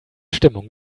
stimmung